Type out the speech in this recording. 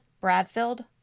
Bradfield